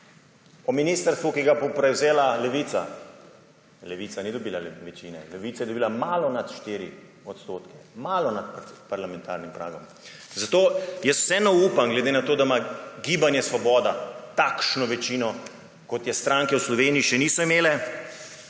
o ministrstvu, ki ga bo prevzela Levica. Levica ni dobila večine. Levica je dobila malo nad 4 %, malo nad parlamentarnim pragom. Zato jaz vseeno upam, glede na to, da ima Gibanje Svoboda takšno večino, kot je stranke v Sloveniji še niso imele,